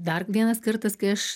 dar vienas kartas kai aš